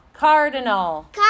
Cardinal